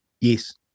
Yes